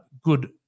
Good